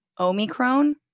Omicron